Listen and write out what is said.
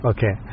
Okay